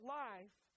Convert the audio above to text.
life